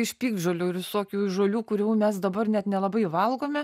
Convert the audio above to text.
iš piktžolių ir visokių žolių kurių mes dabar net nelabai valgome